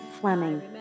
Fleming